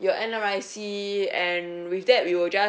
your N_R_I_C and with that we will just